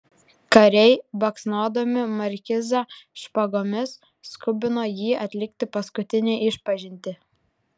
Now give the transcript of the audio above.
kariai baksnodami markizą špagomis skubino jį atlikti paskutinę išpažintį